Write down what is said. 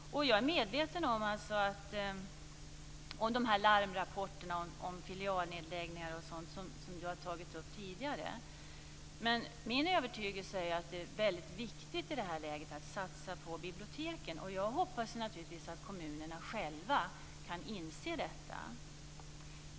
Jag är medveten om larmrapporterna om filialnedläggningar som Lennart Kollmats har tagit upp tidigare. Min övertygelse är att det i detta läge är väldigt viktigt att satsa på biblioteken. Jag hoppas naturligtvis att kommunerna själva kan inse detta.